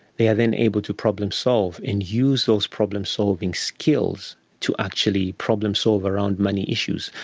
they are then able to problem-solve and use those problem-solving skills to actually problem-solve around money issues.